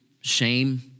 shame